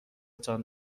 تان